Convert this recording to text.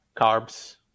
carbs